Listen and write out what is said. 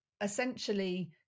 essentially